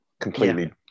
completely